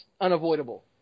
unavoidable